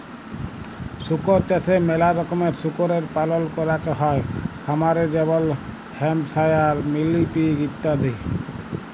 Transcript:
শুকর চাষে ম্যালা রকমের শুকরের পালল ক্যরাক হ্যয় খামারে যেমল হ্যাম্পশায়ার, মিলি পিগ ইত্যাদি